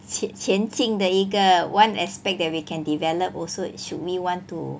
前前进的一个 one aspect that we can develop also should we want to